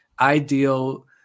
ideal